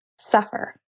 suffer